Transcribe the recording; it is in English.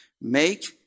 Make